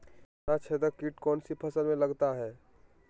तनाछेदक किट कौन सी फसल में लगता है?